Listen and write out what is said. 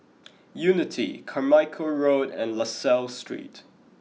Unity Carmichael Road and La Salle Street